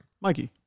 Mikey